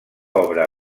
obra